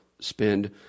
spend